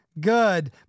good